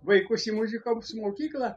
vaikus į muzikos mokyklą